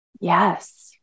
Yes